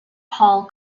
paul